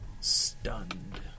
stunned